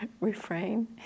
refrain